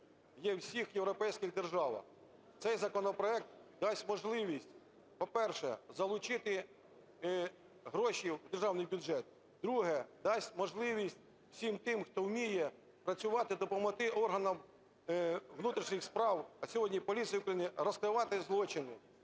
у всіх європейських державах. Цей законопроект дасть можливість, по-перше, залучити гроші в державний бюджет. Друге – дасть можливість всім тим, хто вміє працювати, допомогти органам внутрішніх справ, а сьогодні - поліції України, розкривати злочини.